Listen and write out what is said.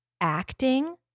acting